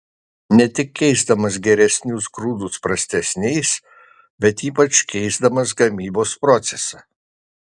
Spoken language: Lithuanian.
ne tik keisdamas geresnius grūdus prastesniais bet ypač keisdamas gamybos procesą